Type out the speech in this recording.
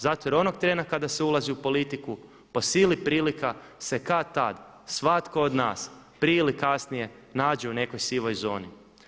Zato jer onog trena kada se ulazi u politiku po sili prilika se kad-tad svatko od nas, prije ili kasnije nađe u nekoj sivoj zoni.